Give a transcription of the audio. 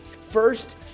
First